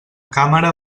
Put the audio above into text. càmera